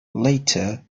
later